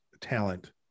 talent